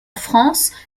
france